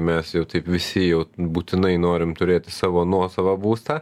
mes jau taip visi jau būtinai norim turėt savo nuosavą būstą